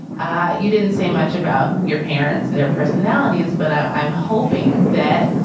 ah you didn't say much about your parents and their personalities, but i'm hoping that.